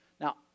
Now